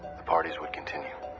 the parties would continue.